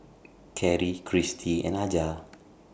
Karri Cristy and Aja